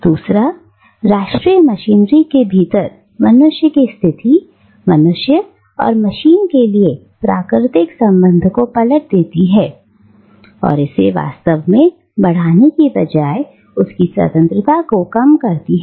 दूसरा राष्ट्रीय मशीनरी के भीतर मनुष्य की स्थिति मनुष्य और मशीन के लिए प्राकृतिक संबंध को पलट देती है और वास्तव में इसे बढ़ाने के बजाय उसकी स्वतंत्रता को कम करती है